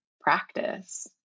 practice